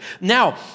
Now